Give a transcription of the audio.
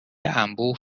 انبوه